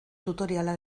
tutoriala